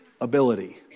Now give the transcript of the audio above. ability